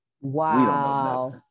Wow